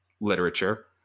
literature